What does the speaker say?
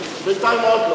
בינתיים עוד לא.